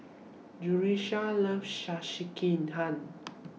Jerusha loves Sekihan